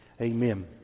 amen